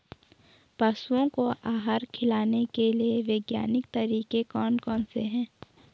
पशुओं को आहार खिलाने के लिए वैज्ञानिक तरीके कौन कौन से हैं?